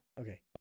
Okay